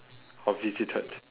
or visited